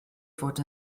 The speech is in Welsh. fod